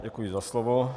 Děkuji za slovo.